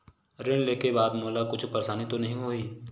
ऋण लेके बाद मोला कुछु परेशानी तो नहीं होही?